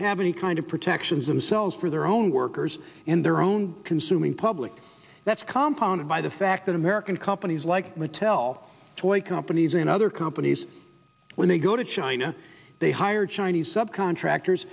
have any kind of protections themselves for their own workers in their own consuming public that's compound by the fact that american companies like mattel toys companies and other companies when they go to china they hire chinese subcontractors